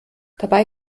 dabei